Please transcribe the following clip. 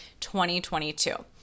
2022